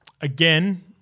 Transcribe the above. again